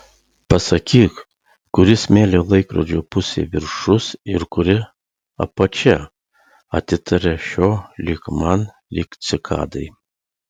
pasakyk kuri smėlio laikrodžio pusė viršus ir kuri apačia atitaria šio lyg man lyg cikadai